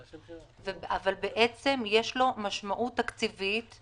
אבל יש לו משמעות תקציבית,